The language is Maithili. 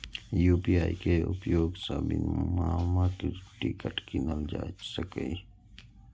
यू.पी.आई के उपयोग सं विमानक टिकट कीनल जा सकैए